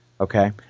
Okay